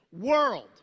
World